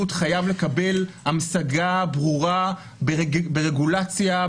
חייב לקבל המשגה ברורה ברגולציה,